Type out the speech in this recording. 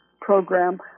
program